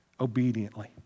obediently